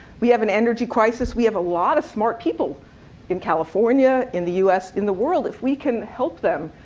we have an energy crisis. we have a lot of smart people in california, in the us, in the world. if we can help them,